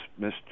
Mr